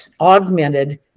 augmented